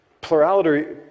plurality